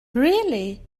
really